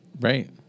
Right